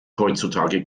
heutzutage